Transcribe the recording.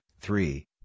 three